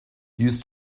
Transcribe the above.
used